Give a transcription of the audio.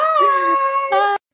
Bye